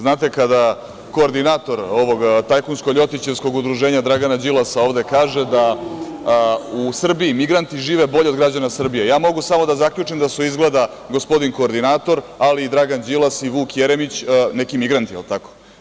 Znate, kada koordinator ovog tajkunsko ljotićevskog udruženja Dragana Đilasa ovde kaže da u Srbiji migranti žive bolje od građana Srbije, ja mogu samo da zaključim da su izgleda gospodin koordinator, ali i Dragan Đilas i Vuk Jeremić neki migranti, je li tako?